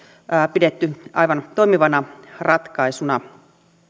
pidetty aivan toimivana ratkaisuna